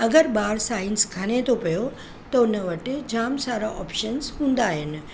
अगरि ॿार साइंस खणे तो पियो त हुन वटि जाम सारा ऑपशन्स हूंदा आहिनि